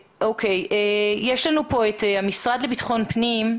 נמצא ב-זום המשרד לביטחון פנים,